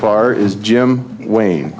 far is jim wayne